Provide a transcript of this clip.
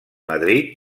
madrid